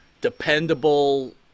dependable